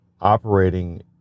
operating